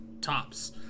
tops